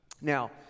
Now